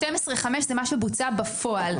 12.5 זה מה שבוצע בפועל,